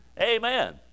Amen